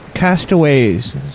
castaways